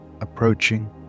Approaching